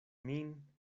min